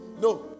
No